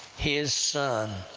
his son.